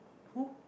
who